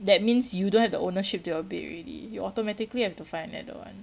that means you don't have the ownership to your bed already you automatically have to find another one